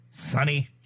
Sunny